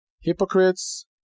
hypocrites